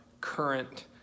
current